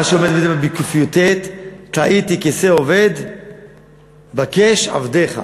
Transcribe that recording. מה שהוא אומר זה בקי"ט: "תעיתי כשה אֹבד בקש עבדך".